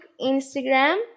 Instagram